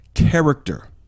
character